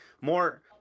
More